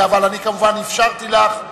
אבל אני כמובן אפשרתי לך.